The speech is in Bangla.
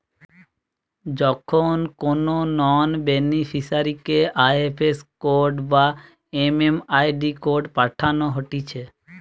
যখন কোনো নন বেনিফিসারিকে আই.এফ.এস কোড বা এম.এম.আই.ডি কোড পাঠানো হতিছে